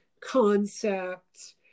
concepts